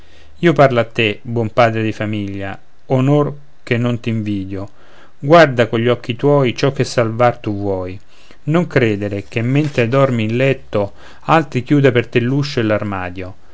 io parlo a te buon padre di famiglia onor che non t'invidio guarda cogli occhi tuoi ciò che salvar tu vuoi non credere che mentre dormi in letto altri chiuda per te